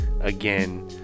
again